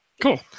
Cool